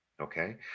okay